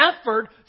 effort